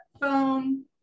phone